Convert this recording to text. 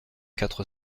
quatre